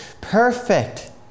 perfect